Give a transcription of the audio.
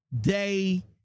day